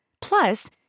Plus